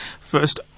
First